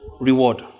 reward